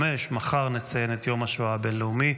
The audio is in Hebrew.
מחר נציין את יום השואה הבין-לאומי.